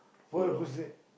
what was it